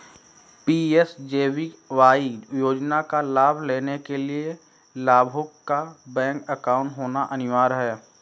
PMJBY योजना का लाभ लेने के लिया लाभुक का बैंक अकाउंट होना अनिवार्य है